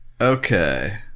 Okay